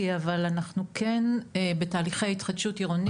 אבל אנחנו כן בתהליכי התחדשות עירונית.